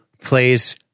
plays